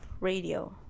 radio